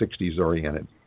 60s-oriented